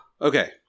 okay